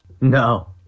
No